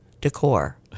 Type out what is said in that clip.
decor